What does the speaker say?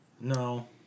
No